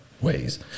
ways